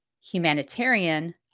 humanitarian